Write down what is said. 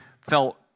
felt